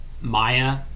Maya